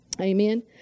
Amen